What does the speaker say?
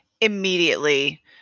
Immediately